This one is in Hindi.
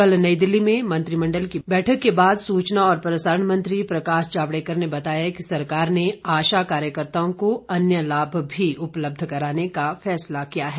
कल नई दिल्ली में मंत्रिमंडल की बैठक के बाद सूचना और प्रसारण मंत्री प्रकाश जावड़ेकर ने बताया कि सरकार ने आशा कार्यकर्ताओं को अन्य लाभ भी उपलब्ध कराने का फैसला किया है